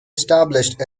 established